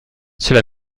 cela